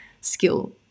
skill